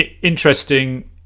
interesting